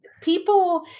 people